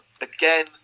again